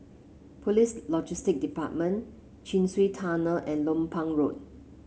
Police Logistics Department Chin Swee Tunnel and Lompang Road